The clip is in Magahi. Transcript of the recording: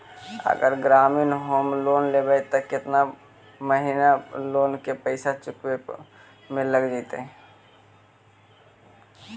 अगर ग्रामीण होम लोन लेबै त केतना महिना लोन के पैसा चुकावे में लग जैतै?